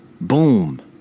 Boom